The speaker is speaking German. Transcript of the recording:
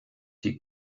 die